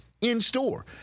in-store